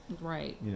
right